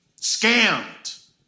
Scammed